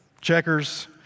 Checkers